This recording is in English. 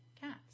cats